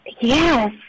Yes